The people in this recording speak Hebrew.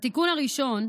בתיקון הראשון,